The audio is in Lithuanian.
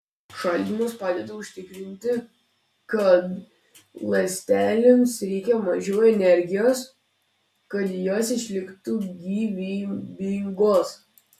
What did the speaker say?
šaldymas padeda užtikrinti kad ląstelėms reikia mažiau energijos kad jos išliktų gyvybingos